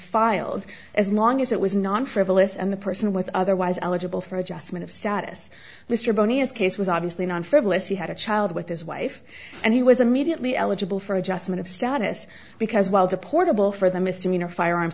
filed as long as it was non frivolous and the person with otherwise eligible for adjustment of status mr boney as case was obviously non frivolous he had a child with his wife and he was immediately eligible for adjustment of status because while deportable for the misdemeanor firearms